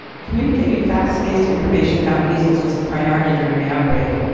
communicating fact-based information about measles was a priority during the outbreak.